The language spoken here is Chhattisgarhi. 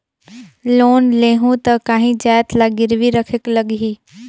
लोन लेहूं ता काहीं जाएत ला गिरवी रखेक लगही?